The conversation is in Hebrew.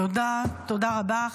תודה, תודה רבה.